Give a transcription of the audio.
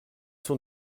sont